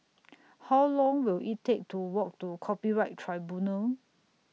How Long Will IT Take to Walk to Copyright Tribunal